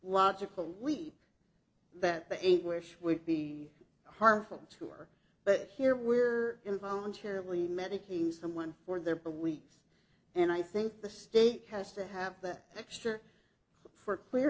logical we that the eight wish would be harmful to her but here we're in voluntarily medicating someone for their beliefs and i think the state has to have that extra for clear